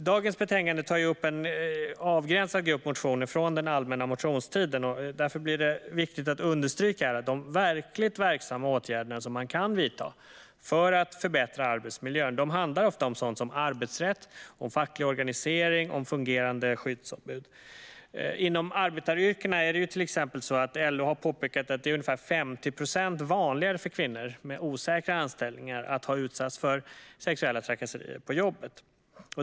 Dagens betänkande tar upp en avgränsad grupp motioner från allmänna motionstiden. Därför blir det viktigt att understryka att de verkligt verksamma åtgärder man kan vidta för att förbättra arbetsmiljön ofta handlar om arbetsrätt, facklig organisering och fungerande skyddsombud. Inom arbetaryrkena har till exempel LO påpekat att det är ungefär 50 procent vanligare att kvinnor med osäkra anställningar utsätts för sexuella trakasserier på jobbet.